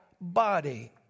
body